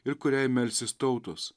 ir kuriai melsis tautos